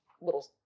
little